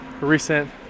recent